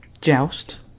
Joust